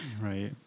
Right